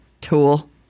Tool